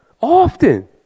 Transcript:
often